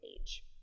age